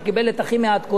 אם יש עשרה מועמדים,